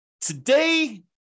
Today